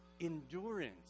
endurance